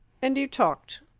and you talked.